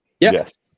Yes